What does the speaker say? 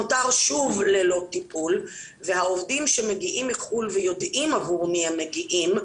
נותר שוב ללא טיפול והעובדים שמגיעים מחו"ל ויודעים עבור מי הם מגיעים,